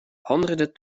honderden